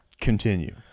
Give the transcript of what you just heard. Continue